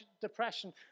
depression